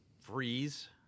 freeze